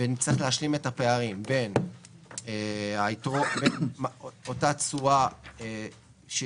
ונצטרך להשלים את הפערים בין אותה תשואה של